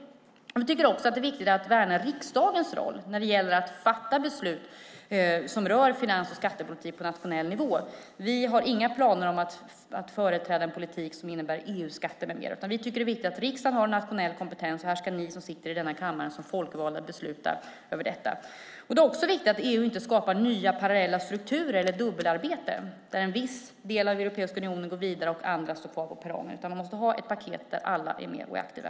Vi tycker också att det är viktigt att värna riksdagens roll när det gäller att fatta beslut som rör finans och skattepolitik på nationell nivå. Vi har inga planer på att företräda en politik som innebär EU-skatter med mera. Vi tycker att det är viktigt att riksdagen har en nationell kompetens, och här ska ni som sitter i denna kammare som folkvalda besluta om detta. Det är också viktigt att EU inte skapar nya parallella strukturer eller dubbelarbete där en viss del av Europeiska unionen går vidare och andra står kvar på perrongen, utan man måste ha ett paket där alla är med och är aktiva.